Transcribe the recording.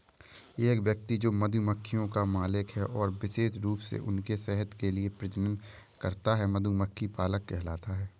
एक व्यक्ति जो मधुमक्खियों का मालिक है और विशेष रूप से उनके शहद के लिए प्रजनन करता है, मधुमक्खी पालक कहलाता है